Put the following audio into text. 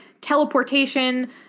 teleportation